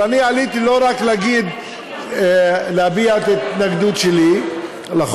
אבל אני עליתי לא רק להביע את ההתנגדות שלי לחוק,